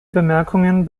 bemerkungen